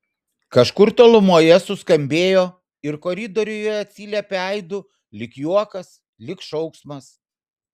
kažkur tolumoje suskambėjo ir koridoriuje atsiliepė aidu lyg juokas lyg šauksmas